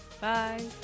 bye